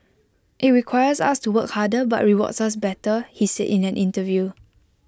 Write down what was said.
IT requires us to work harder but rewards us better he said in an interview